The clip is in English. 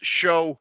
show